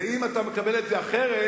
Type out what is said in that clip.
אם אתה מקבל את זה אחרת,